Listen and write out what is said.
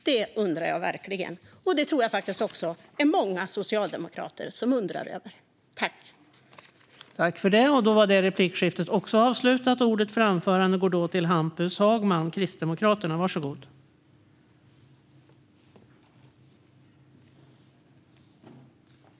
Det undrar jag verkligen, och jag tror faktiskt att det också är många socialdemokrater som undrar över detta.